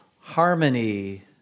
harmony